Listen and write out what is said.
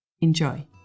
enjoy